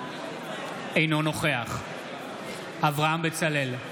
אינו נוכח אברהם בצלאל,